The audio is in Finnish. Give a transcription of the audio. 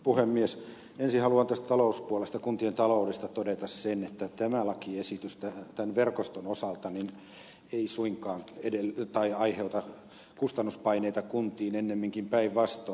ensin haluan tästä talouspuolesta kuntien taloudesta todeta sen että tämä lakiesitys tämän verkoston osalta ei suinkaan aiheuta kustannuspaineita kuntiin ennemminkin päinvastoin